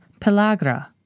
pellagra